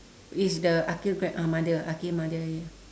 is the aqil grab ah mother aqil mother